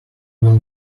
will